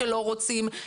שלא רוצים לבוא,